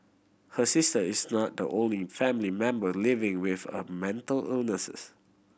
her sister is not the only family member living with a mental illnesses